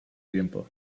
tiempo